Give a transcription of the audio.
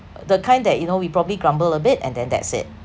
the kind that you know we probably grumble a bit and then that's it